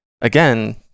Again